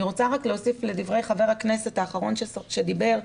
אני רוצה להוסיף לדברי חבר הכנסת האחרון שדיבר,